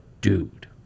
dude